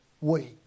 week